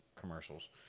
commercials